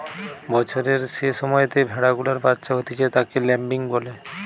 বছরের যে সময়তে ভেড়া গুলার বাচ্চা হতিছে তাকে ল্যাম্বিং বলে